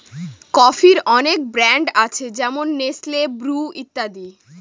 কফির অনেক ব্র্যান্ড আছে যেমন নেসলে, ব্রু ইত্যাদি